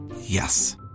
Yes